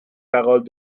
paroles